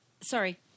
sorry